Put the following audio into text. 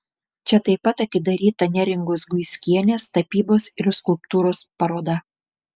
čia taip pat atidaryta neringos guiskienės tapybos ir skulptūros paroda